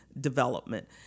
development